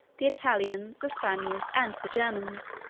the italians, the spaniards, and the germans.